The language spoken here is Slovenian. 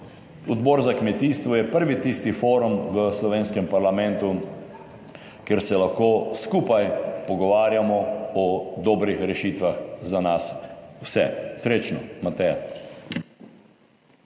kmetijstvo je prvi tisti forum v slovenskem parlamentu, kjer se lahko skupaj pogovarjamo o dobrih rešitvah za nas vse. Srečno Mateja!